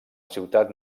ciutat